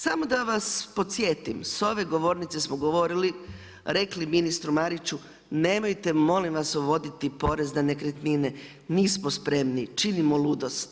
Samo da vas podsjetim sa ove govornice smo govorili, rekli ministru Mariću rekli nemojte molim vas uvoditi porez na nekretnine mi smo spremni, činimo ludost.